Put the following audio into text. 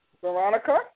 Veronica